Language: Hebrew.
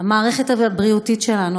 המערכת הבריאותית שלנו,